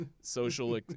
social